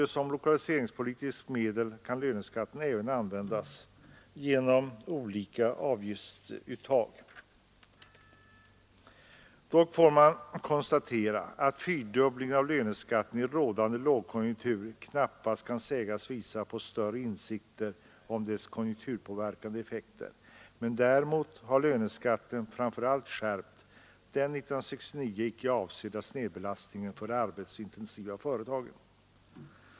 Som lokaliseringspolitiskt medel kan löneskatten även användas genom olika avgiftsuttag. Dock får man konstatera att fyrdubblingen av löneskatten i rådande lågkonjunktur knappast kan visa på större insikter om dess konjunkturpåverkande effekter. Däremot har löneskatten framför allt skärpt den 1969 icke avsedda snedbelastningen för de arbetskraftsintensiva företagen.